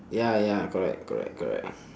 ya ya correct correct correct